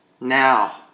Now